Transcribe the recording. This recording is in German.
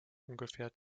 ungefähr